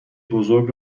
بزرگ